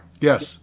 Yes